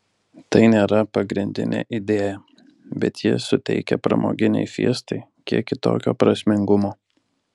tai nėra pagrindinė idėja bet ji suteikia pramoginei fiestai kiek kitokio prasmingumo